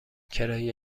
کرایه